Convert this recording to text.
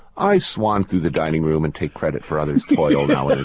i swing through the dining room and take credit for others' toil now